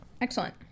Excellent